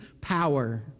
power